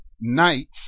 Knights